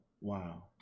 wow